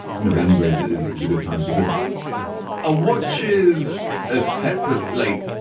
novembers is is a good time for business a watch is a separate light,